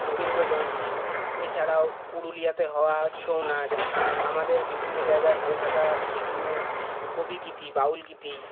রবীন্দ্র জয়ন্তী এছাড়াও পুরুলিয়াতে হওয়া ছৌনাচ আমাদের বিভিন্ন জায়গায় হয়ে থাকা বিভিন্ন কবিগীতি বাউল গীতি